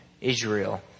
Israel